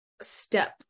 step